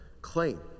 claim